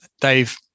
Dave